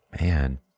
Man